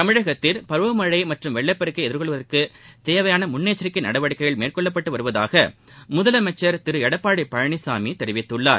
தமிழகத்தில் பருவமழை மற்றும் வெள்ளப்பெருக்கை எதிர்கொள்வதற்குத் தேவையான முன்னெச்சிக்கை நடவடிக்கைகள் மேற்கொள்ளப்பட்டு வருவதாக முதலமைச்சர் திரு எடப்பாடி பழனிசாமி தெரிவித்துள்ளார்